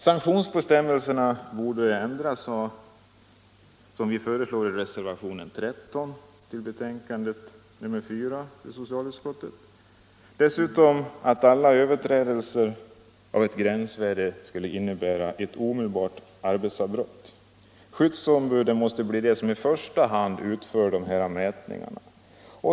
Sanktionsbestämmelserna borde ändras så som vi föreslår i reservationen 13 i socialutskottets betänkande nr 4. Dessutom borde alla överträdelser av ett gränsvärde medföra ett omedelbart arbetsavbrott. Skyddsombuden måste bli de som i första hand utför mätningarna.